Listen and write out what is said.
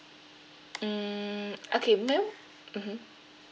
mm okay mmhmm